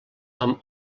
amb